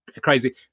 crazy